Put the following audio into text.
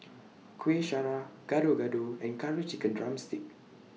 Kueh Syara Gado Gado and Curry Chicken Drumstick